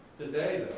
today,